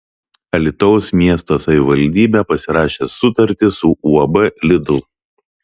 alytaus miesto savivaldybė pasirašė sutartį su uab lidl